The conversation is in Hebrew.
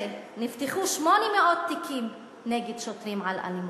ב-2012, נפתחו 800 תיקים נגד שוטרים על אלימות,